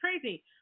crazy